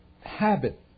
habit